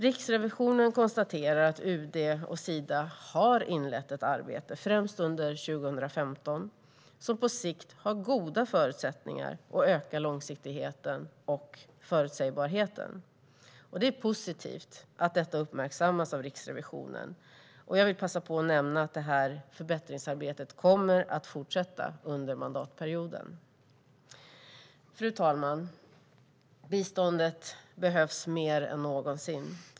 Riksrevisionen konstaterar att UD och Sida har inlett ett arbete, främst under 2015, som på sikt har goda förutsättningar att öka långsiktigheten och förutsägbarheten. Det är positivt att detta uppmärksammas av Riksrevisionen. Jag vill passa på att nämna att detta förbättringsarbete kommer att fortsätta under mandatperioden. Fru ålderspresident! Biståndet behövs mer än någonsin.